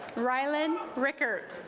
rhylan rickert